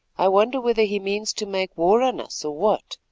i wonder whether he means to make war on us or what?